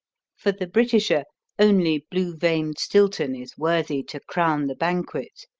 for the britisher only blue-veined stilton is worthy to crown the banquet.